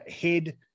head